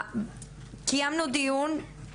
קיימנו דיון,